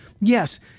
Yes